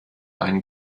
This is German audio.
einen